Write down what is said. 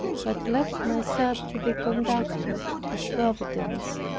but left myself to be conducted of providence.